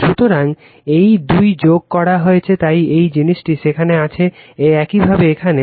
সুতরাং এই 2 যোগ করা হয়েছে তাই এই জিনিসটি সেখানে আছে একইভাবে এখানে